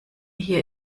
hier